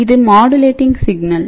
இது modulating signal